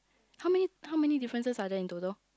how many how many differences are there in total